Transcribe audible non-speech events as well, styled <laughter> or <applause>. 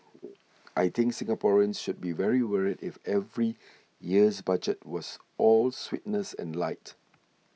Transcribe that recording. <noise> I think Singaporeans should be very worried if every year's Budget was all sweetness and light